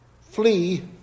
flee